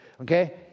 Okay